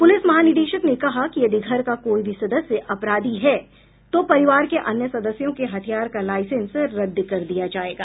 police महानिदेशक ने कहा कि यदि घर का कोई भी सदस्य अपराधी है तो परिवार के अन्य सदस्यों के हथियार का लाईसेंस रद्द कर दिया जायेगा